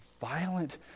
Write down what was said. violent